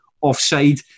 offside